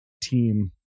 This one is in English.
Team